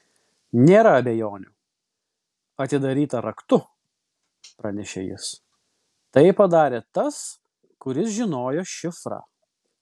nėra abejonių atidaryta raktu pranešė jis tai padarė tas kuris žinojo šifrą